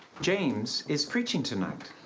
james is preaching tonight.